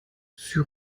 sie